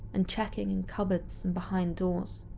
and checking in cupboards and behind doors.